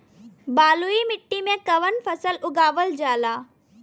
बलुई मिट्टी में कवन फसल उगावल जाला?